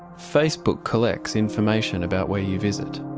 facebook collects information about where you visit,